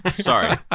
Sorry